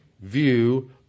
view